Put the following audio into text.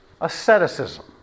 asceticism